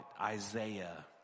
Isaiah